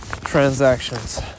Transactions